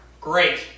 great